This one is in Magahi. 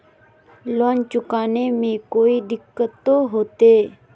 लोन चुकाने में कोई दिक्कतों होते?